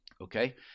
Okay